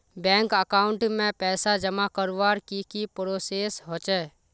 Bank account में पैसा जमा करवार की की प्रोसेस होचे?